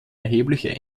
erhebliche